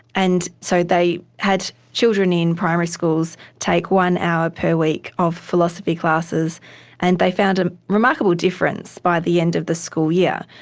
and so they had children in primary schools take one hour per week of philosophy classes and they found a remarkable difference by the end of the school year.